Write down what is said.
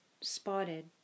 spotted